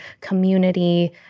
community